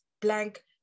blank